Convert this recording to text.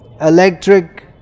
electric